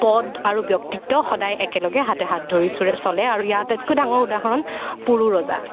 পদ আৰু ব্য়ক্তিত্ব সদায় একেলগে হাতে হাত ধৰি চলে আৰু ইয়াৰ আটাইতকৈ ডাঙৰ উদাহৰণ পুৰু ৰজা